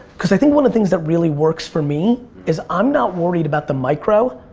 cause i think one of the things that really works for me is i'm not worried about the micro,